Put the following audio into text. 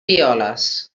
violes